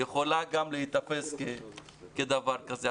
יכולה גם להיתפס כדבר כזה.